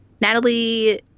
Natalie